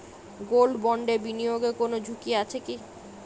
Gold বন্ডে বিনিয়োগে কোন ঝুঁকি আছে কি?